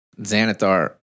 Xanathar